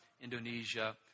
Indonesia